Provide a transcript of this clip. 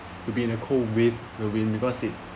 to be in a cold with a wind because it